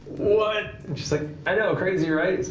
what? and she's like, i know, crazy, right? he's